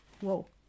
Whoa